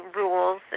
rules